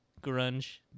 grunge